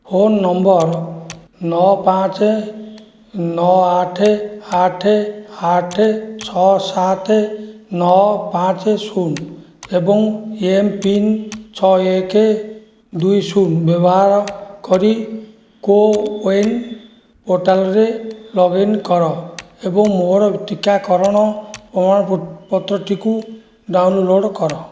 phone number ନଅ ପାଞ୍ଚେ ନଅ ଆଠେ ଆଠେ ଆଠେ ଛଅ ସାତେ ନଅ ପାଞ୍ଚେ ଶୂନ ଏବଂ ଏମ୍ପିନ୍ ଛଅ ଏକେ ଦୁଇ ଶୂନ ବ୍ୟବହାର କରି କୋୱିନ୍ ପୋର୍ଟାଲ୍ରେ ଲଗ୍ଇନ୍ କର ଏବଂ ମୋର ଟିକାକରଣ ପ୍ରମାଣପତ୍ରଟିକୁ ଡାଉନ୍ଲୋଡ଼୍ କର